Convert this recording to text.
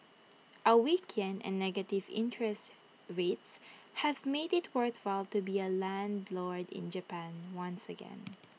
A weak Yen and negative interest rates have made IT worthwhile to be A landlord in Japan once again